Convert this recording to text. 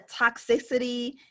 toxicity